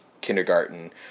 kindergarten